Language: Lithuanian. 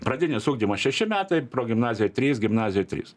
pradinis ugdymas šeši metai progimnazijoj trys gimnazijoj trys